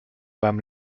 beim